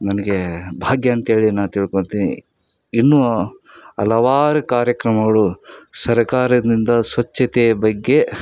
ನನಗೆ ಭಾಗ್ಯ ಅಂತೇಳಿ ನಾನು ತಿಳ್ಕೊಳ್ತೀನಿ ಇನ್ನೂ ಹಲವಾರು ಕಾರ್ಯಕ್ರಮಗಳು ಸರಕಾರದಿಂದ ಸ್ವಚ್ಛತೆಯ ಬಗ್ಗೆ